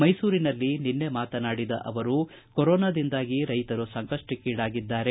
ಮೈಸೂರಿನಲ್ಲಿ ನಿನ್ನೆ ಮಾತನಾಡಿದ ಅವರು ಕೊರೋನಾದಿಂದಾಗಿ ರೈತರು ಸಂಕಷ್ಸಕ್ಷೇಡಾಗಿದ್ದಾರೆ